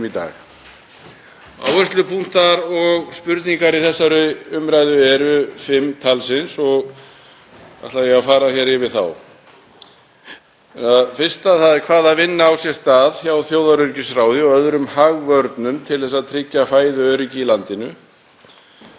yfir þá. 1. Hvaða vinna á sér stað hjá Þjóðaröryggisráði og öðrum hagvörnum til þess að tryggja fæðuöryggi í landinu? 2. Er þörf á því að setja af stað sérstaka vinnu sem greinir og metur viðbrögð við hækkandi matar- og